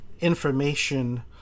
information